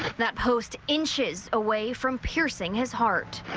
that post inches away from piercing his heart.